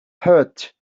hurt